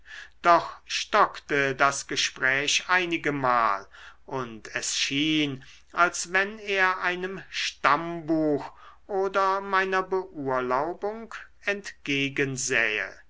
doch stockte das gespräch einigemal und es schien als wenn er einem stammbuch oder meiner beurlaubung entgegensähe